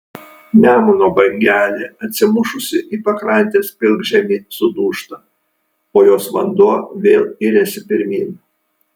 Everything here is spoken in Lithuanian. nemuno bangelė atsimušusi į pakrantės pilkžemį sudūžta o jos vanduo vėl iriasi pirmyn